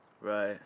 Right